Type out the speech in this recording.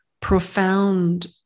profound